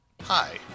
Hi